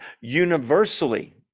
universally